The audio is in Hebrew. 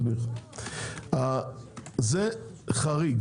-- זה חריג